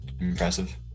Impressive